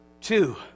two